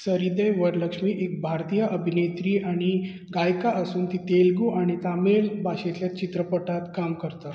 सरीदेय वरलक्ष्मी एक भारतीय अभिनेत्री आनी गायिका आसून ती तेलुगू आनी तामिळ भाशेंतल्या चित्रपटांत काम करता